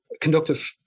conductive